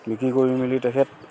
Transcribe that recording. বিক্ৰী কৰি মেলি তেখেত